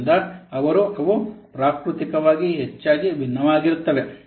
ಆದ್ದರಿಂದ ಅವರು ಅವು ಪ್ರಾಕೃತಿಕವಾಗಿ ಹೆಚ್ಚಾಗಿ ಭಿನ್ನವಾಗಿರುತ್ತವೆ